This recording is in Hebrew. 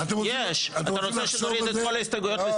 צריך התייעצות.